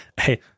Hey